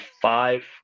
five